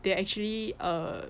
they actually err